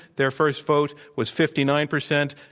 their first vote was fifty nine percent.